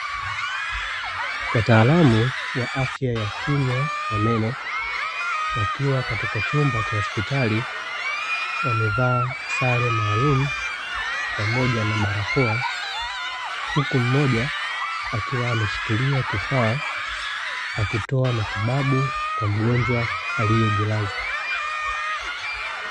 Wataalamu wa afya ya kinywa ya meno wakiwa katika chumba cha hospitali huku wamevaa sare malumu pamoja na barakoa, huku mmoja akiwa ameshikilia kifaa anatoa matibabu kwa mgonjwa aliye jilaza.